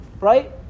right